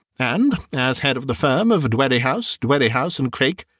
and, as head of the firm of dwerrihouse, dwerrihouse and craik,